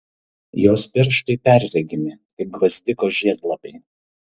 jos pirštai perregimi kaip gvazdiko žiedlapiai